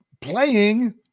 playing